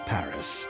Paris